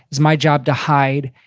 is my job to hide?